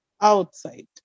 outside